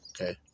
okay